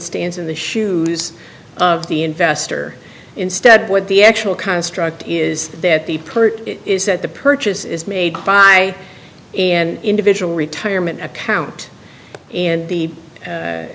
stands in the shoes of the investor instead what the actual construct is that the pert is that the purchase is made by an individual retirement account in the